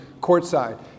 courtside